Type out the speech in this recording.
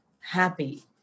happy